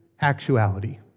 actuality